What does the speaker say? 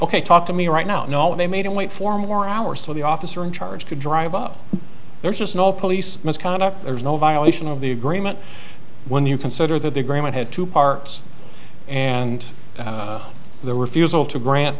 ok talk to me right now no they made him wait four more hours so the officer in charge could drive up there's just no police misconduct there's no violation of the agreement when you consider that the agreement had two parts and the refusal to grant